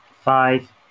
Five